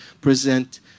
present